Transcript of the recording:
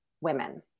women